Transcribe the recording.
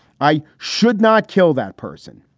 i should not kill that person.